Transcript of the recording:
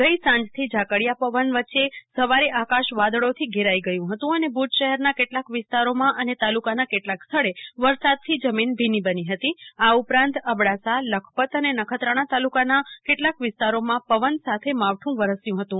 ગઈ સાંજથી ઝાકળિયા પવન વચ્ચે સવારે આકાશ વાદળોથી ઘેરાઈ ગયું હતું અને ભુજ શહેરના કેટલાક વિસ્તારોમાં અને તાલુકાના કેટલાક સ્થળે વરસાદથી જમીન ભીની થઇ હતી આ ઉપરાંત અબડાસા લખપત અને નખત્રાણા તાલુકાના કેટલાક વિસ્તારોમાં પવન સાથે માવઠું વરસ્યું હતું